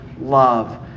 love